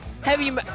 heavy